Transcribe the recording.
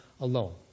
alone